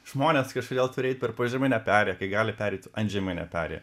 žmonės kažkodėl turi eit per požeminę perėją kai gali pereiti antžeminę perėją